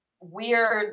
weird